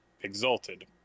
exalted